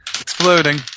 Exploding